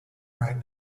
right